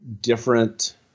different